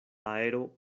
aero